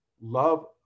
love